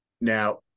Now